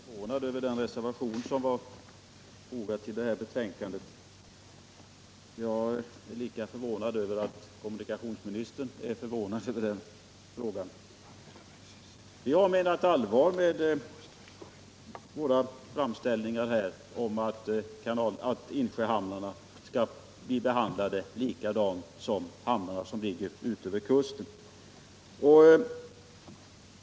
Herr talman! Kommunikationsministern sade att han var förvånad över den reservation som var fogad till detta betänkande. Jag är lika förvånad över att kommunikationsministern är förvånad. Vi har menat allvar med våra framställningar om att insjöhamnarna skall bli behandlade på samma sätt som hamnar som ligger ute vid kusten.